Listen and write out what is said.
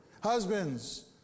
husbands